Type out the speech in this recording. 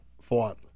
fought